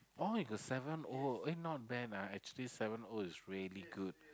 oh you got seven O eh not bad ah actually seven O is really good